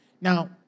Now